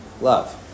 Love